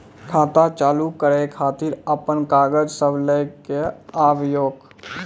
खाता चालू करै खातिर आपन कागज सब लै कऽ आबयोक?